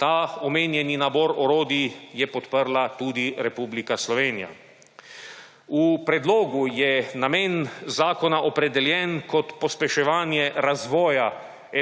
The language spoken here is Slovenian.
Ta omenjeni nabor orodij je podprla tudi Republika Slovenija. V predlogu je namen zakona opredeljen kot pospeševanje razvoja